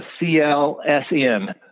CLSN